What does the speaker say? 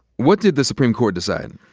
what did the supreme court decide?